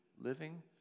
living